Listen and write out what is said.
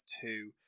two